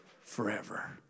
Forever